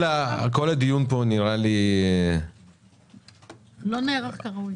הדיון פה נראה לי --- לא נערך כראוי.